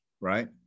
right